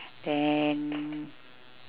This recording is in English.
then